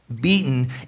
Beaten